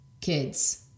kids